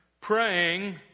praying